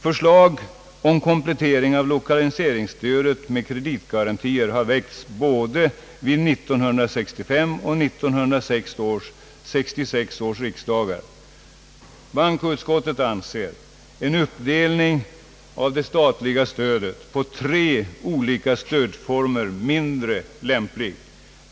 Förslag om komplettering av lokaliseringsstödet med kreditgarantier har väckts både vid 1965 och 1966 års riksdagar. Bankoutskottet anser en uppdelning av det statliga stödet på tre olika stödformer mindre lämplig.